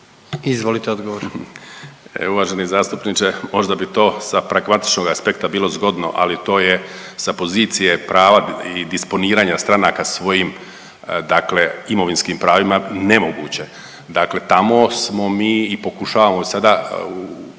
Juro** Uvaženi zastupniče možda bi to sa pragmatičnog aspekta bilo zgodno, ali to je sa pozicije prava i disponiranja stranaka svojim dakle imovinskim pravima nemoguće. Dakle, tamo smo mi i pokušavamo sada uvesti